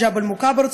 ג'בל מוכבר,